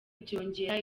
byongera